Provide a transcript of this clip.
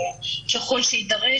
וככל שיידרש,